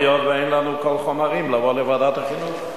היות שאין לנו כל חומרים לבוא לוועדת החינוך.